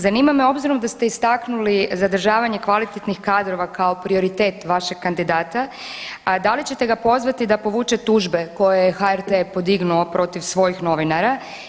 Zanima me obzirom da ste istaknuli zadržavanje kvalitetnih kadrova kao prioritet vašeg kandidata, da li ćete ga pozvati da povuče tužbe koje je HRT podignuo protiv svojih novinara.